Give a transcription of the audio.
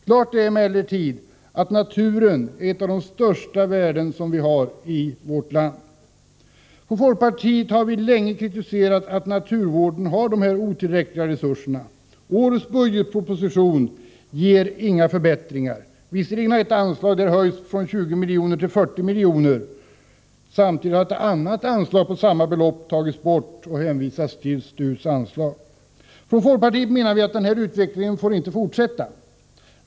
Klart är emellertid att naturen är ett av de största värden som vi har i vårt land. Från folkpartiet har vi länge kritiserat att naturvården har så otillräckliga resurser. Årets budgetproposition ger inga förbättringar. Visserligen har ett anslag höjts från 20 milj.kr. till 40 milj.kr., men samtidigt har ett annat anslag på 20 milj.kr. tagits bort och hänvisning görs till STU:s anslag. Från folkpartiet menar vi att den här utvecklingen inte får fortsätta.